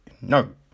no